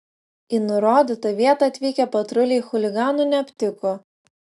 į nurodytą vietą atvykę patruliai chuliganų neaptiko